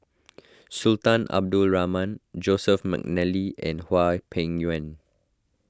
Sultan Abdul Rahman Joseph McNally and Hwang Peng Yuan